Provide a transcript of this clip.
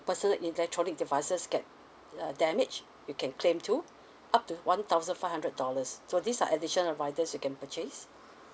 personal electronic devices get uh damaged you can claim to up to one thousand five hundred dollars so these are addition of riders you can purchase